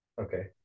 Okay